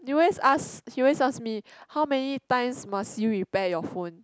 you always ask he always ask me how many times must you repair your phone